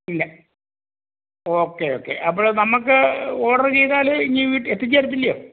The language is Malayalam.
ഇല്ല ഓക്കേ ഓക്കേ അപ്പോൾ നമുക്ക് ഓർഡറ് ചെയ്താൽ ഇനി വീട്ടിൽ എത്തിച്ച് തരത്തില്ലെയോ